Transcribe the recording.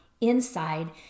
inside